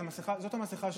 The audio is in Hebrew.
זאת המסכה שלי.